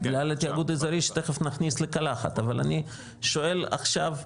בגלל התיאגוד האזורי שתכף נכניס לקלחת אבל אני שואל עכשיו: